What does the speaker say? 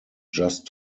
just